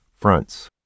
fronts